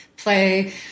play